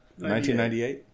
1998